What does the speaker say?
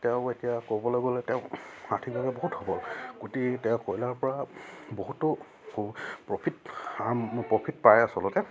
তেওঁ এতিয়া ক'বলৈ গ'লে তেওঁ আৰ্থিকভাৱে বহুত হ'ব গোটেই তেওঁ কয়লাৰপৰা বহুতো প্ৰফিট প্ৰফিট পায় আচলতে